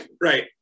Right